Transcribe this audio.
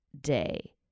day